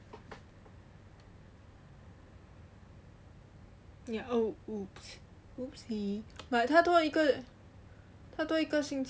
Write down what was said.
ya oh !oops! but 他多一个他多一个星期